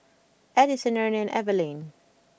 Edison Ernie and Evelyne